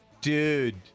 Dude